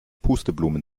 pusteblumen